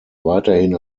weiterhin